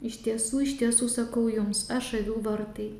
iš tiesų iš tiesų sakau jums aš avių vartai